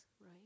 right